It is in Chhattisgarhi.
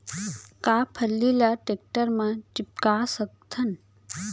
का फल्ली ल टेकटर म टिपका सकथन?